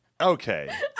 Okay